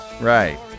Right